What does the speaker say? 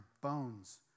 bones